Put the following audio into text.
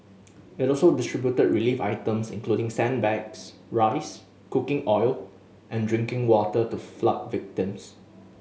it also distributed relief items including sandbags rice cooking oil and drinking water to flood victims